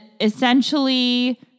essentially